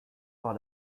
par